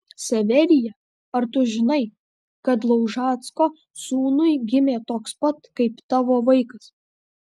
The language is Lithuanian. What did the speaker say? severija ar tu žinai kad laužacko sūnui gimė toks pat kaip tavo vaikas